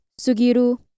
sugiru